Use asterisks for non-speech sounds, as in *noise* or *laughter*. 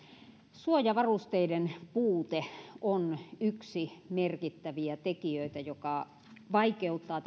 suojavarusteiden puute on yksi merkittävä tekijä joka vaikeuttaa *unintelligible*